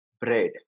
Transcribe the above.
bread